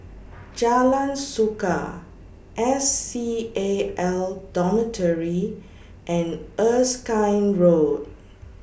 Jalan Suka S C A L Dormitory and Erskine Road